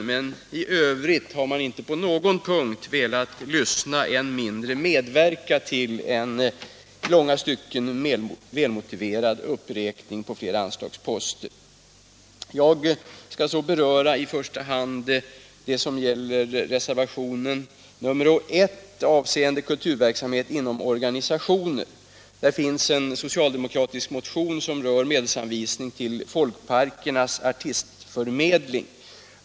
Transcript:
I övrigt har Torsdagen den man inte på någon punkt velat lyssna till, än mindre medverka i väl 10 mars 1977 motiverade uppräkningar på några anslagsposter. Jag skall så beröra reservationen om kulturverksamhet inom organi — Anslag till allmänna sationer. Där finns en socialdemokratisk motion om medelsanvisning = kulturändamål, till Folkparkernas artistförmedling.